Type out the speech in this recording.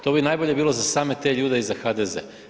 To bi najbolje bilo za same te ljude i za HDZ.